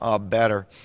better